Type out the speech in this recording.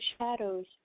shadows